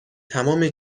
تمام